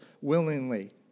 willingly